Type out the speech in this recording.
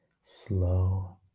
slow